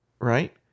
right